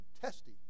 testy